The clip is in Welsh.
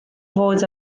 fod